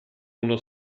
uno